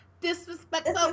Disrespectful